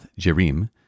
Jerim